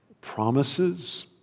promises